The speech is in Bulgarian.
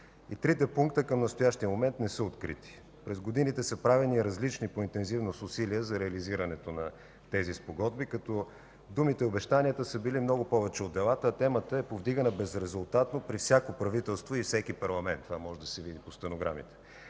трите пункта към настоящия момент не са открити. През годините са правени различни по интензивност усилия за реализирането на тези спогодби, като думите и обещанията са били много повече от делата, а темата е повдигана безрезултатно при всяко правителство и всеки парламент. Това може да се види по стенограмите.